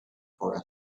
for